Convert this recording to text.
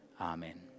Amen